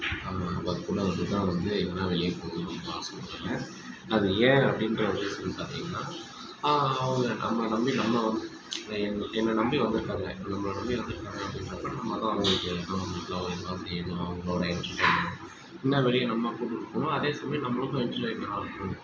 அவங்க கூட வந்து தான் வந்து எங்கேன்னா வெளியே போகணும்னு ரொம்ப ஆசைப்படுவேன் அது ஏன் அப்படின்ற ஒரு ரீசன் பார்த்தீங்கன்னா அவங்க நம்மள நம்பி நம்ம என் என்ன நம்பி வந்துருக்காங்க நம்மள நம்பி வந்துருக்காங்க அப்படின்றப்போ நம்ம தான் அவங்களுக்கு என்னென்ன பிடிக்கும் என்ன செய்யணும் அவங்களோடய எண்டெர்டெயின்மெண்ட் என்ன இதுநாள் வரையும் நம்ம கூப்பிட்டுட்டு போனாம் அதே சமயம் நம்மளுக்கும் ஆக்ச்சுவலி